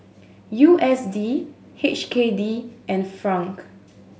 U S D H K D and franc